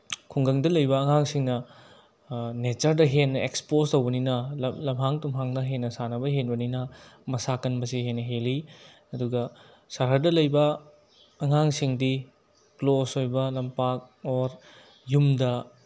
ꯈꯨꯡꯒꯪꯗ ꯂꯩꯕ ꯑꯉꯥꯡꯁꯤꯡꯅ ꯅꯦꯆꯔꯗ ꯍꯦꯟꯅ ꯑꯦꯛꯁꯄꯣꯖ ꯇꯧꯕꯅꯤꯅ ꯂꯝꯍꯥꯡ ꯇꯨꯝꯍꯥꯡꯗ ꯍꯦꯟꯅ ꯁꯥꯟꯅꯕ ꯍꯦꯟꯕꯅꯤꯅ ꯃꯁꯥ ꯀꯟꯕꯁꯦ ꯍꯦꯟꯅ ꯍꯦꯜꯂꯤ ꯑꯗꯨꯒ ꯁꯍꯔꯗ ꯂꯩꯕ ꯑꯉꯥꯡꯁꯤꯡꯗꯤ ꯀ꯭ꯂꯣꯖ ꯑꯣꯏꯕ ꯂꯝꯄꯥꯛ ꯑꯣꯔ ꯌꯨꯝꯗ